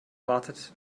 wartet